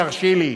תרשי לי,